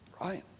Right